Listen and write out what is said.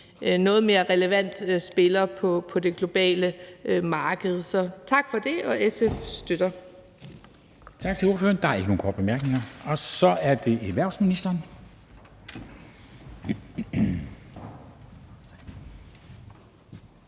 noget mere relevant spiller på det globale marked. Så tak for det. SF støtter